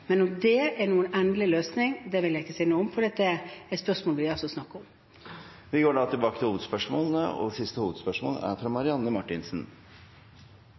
Men om det er noen endelig løsning, vil jeg ikke si noe om, for det spørsmålet blir det altså snakket om. Vi går til siste hovedspørsmål. Lavere lønnsvekst, lavere oljeinvesteringer, lavere renter, økt arbeidsledighet – det er